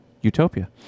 Utopia